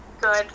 good